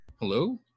Hello